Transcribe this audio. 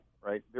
right